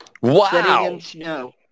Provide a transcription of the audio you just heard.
Wow